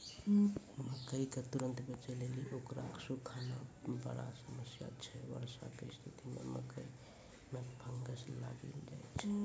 मकई के तुरन्त बेचे लेली उकरा सुखाना बड़ा समस्या छैय वर्षा के स्तिथि मे मकई मे फंगस लागि जाय छैय?